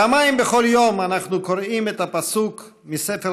פעמיים בכל יום אנחנו קוראים את הפסוק מספר